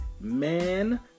man